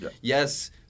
Yes